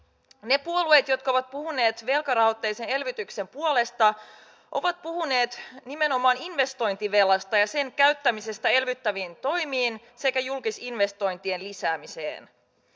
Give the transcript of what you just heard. ne puolueet jotka ovat puhuneet velkarahoitteisen elvytyksen puolesta ovat puhuneet nimenomaan investointivelasta ja sen käyttämisestä elvyttäviin toimiin sekä julkisinvestointien lisäämiseen